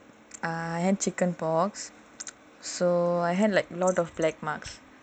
I had chicken pox so I had like lot of black marks